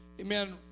Amen